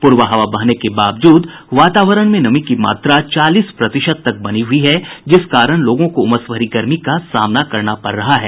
पूरबा हवा बहने के बावजूद वातावरण में नमी की मात्रा चालीस प्रतिशत तक बनी हुयी है जिस कारण लोगों को उमस भरी गर्मी का सामना करना पड़ रहा है